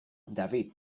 david